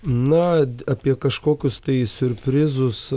na apie kažkokius tai siurprizus